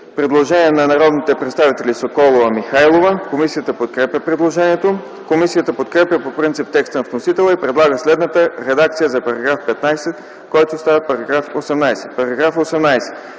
предложение от народните представители Соколова и Михайлова. Комисията подкрепя предложението. Комисията подкрепя по принцип текста на вносителя и предлага следната редакция за § 15, който става § 18: „§ 18.